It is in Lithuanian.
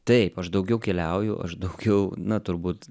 taip aš daugiau keliauju aš daugiau na turbūt